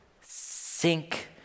sink